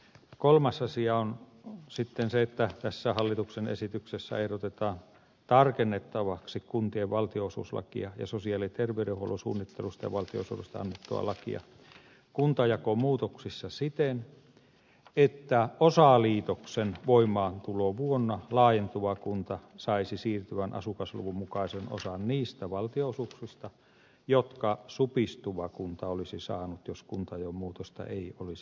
kolmas asia on sitten se että tässä hallituksen esityksessä ehdotetaan tarkennettavaksi kuntien valtionosuuslakia ja sosiaali ja terveydenhuollon suunnittelusta ja valtionosuudesta annettua lakia kuntajakomuutoksissa siten että osaliitoksen voimaantulovuonna laajentuva kunta saisi siirtyvän asukasluvun mukaisen osan niistä valtionosuuksista jotka supistuva kunta olisi saanut jos kuntajaon muutosta ei olisi tehty